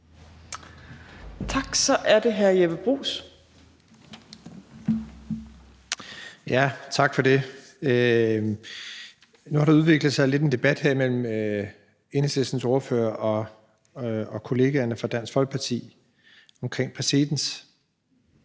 Bruus. Kl. 12:43 Jeppe Bruus (S): Tak for det. Nu har der lidt udviklet sig en debat her mellem Enhedslistens ordfører og kollegaerne fra Dansk Folkeparti om præcedens.